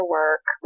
work